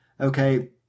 okay